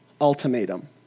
ultimatum